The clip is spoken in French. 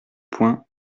points